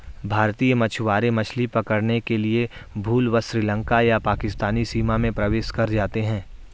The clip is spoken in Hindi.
भारतीय मछुआरे मछली पकड़ने के लिए भूलवश श्रीलंका या पाकिस्तानी सीमा में प्रवेश कर जाते हैं